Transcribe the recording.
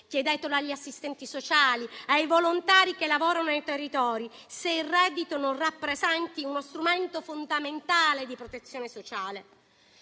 Chiedetelo agli assistenti sociali e ai volontari che lavorano nei territori se il reddito non rappresenti uno strumento fondamentale di protezione sociale.